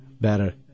better